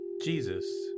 Jesus